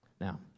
Now